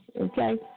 Okay